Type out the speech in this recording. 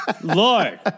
Lord